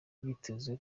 byitezwe